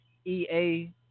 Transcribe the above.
EA